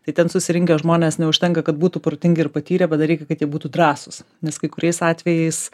tai ten susirinkę žmonės neužtenka kad būtų protingi ir patyrę bet dar reikia kad jie būtų drąsūs nes kai kuriais atvejais